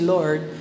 Lord